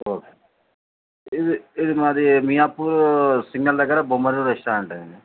okay ఇది ఇది మరి మియాపూర్ సిగ్నల్ దగ్గర బొమ్మరు రెస్టారెంటే అండి